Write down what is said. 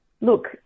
Look